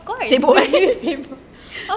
of course